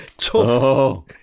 tough